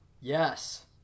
yes